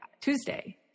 Tuesday